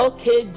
Okay